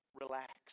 Relax